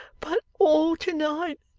but, all to-night,